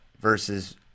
versus